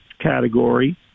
category